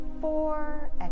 four